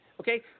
Okay